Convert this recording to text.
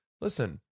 Listen